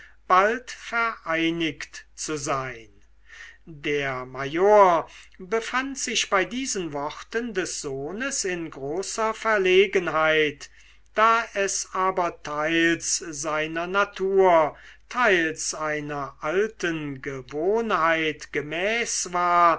bald vereinigt zu sein der major befand sich bei diesen worten des sohnes in großer verlegenheit da es aber teils seiner natur teils einer alten gewohnheit gemäß war